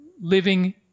living